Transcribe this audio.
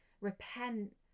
repent